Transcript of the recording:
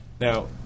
Now